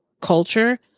culture